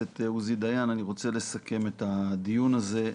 רוצה לסכם את הדיון הזה.